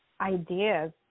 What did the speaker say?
ideas